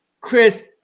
chris